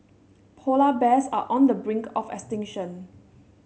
polar bears are on the brink of extinction